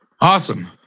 Awesome